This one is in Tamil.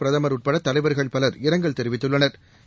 பிரதமர் உட்பட தலைவர்கள் பலர் இரங்கல் தெரிவித்துள்ளனா்